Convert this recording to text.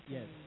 Yes